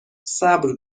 صبر